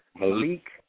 Malik